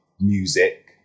music